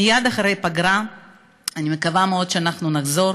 מייד אחרי הפגרה אני מקווה מאוד שאנחנו נחזור